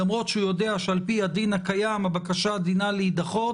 למרות שהוא יודע שעל-פי הדין הקיים הבקשה דינה להידחות.